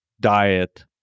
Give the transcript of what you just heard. diet